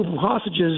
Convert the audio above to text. hostages